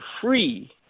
free